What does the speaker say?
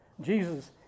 Jesus